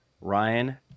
Ryan